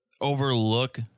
overlook